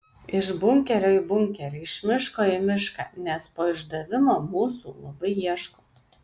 iš bunkerio į bunkerį iš miško į mišką nes po išdavimo mūsų labai ieško